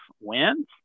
wins